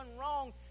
wrong